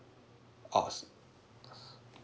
oo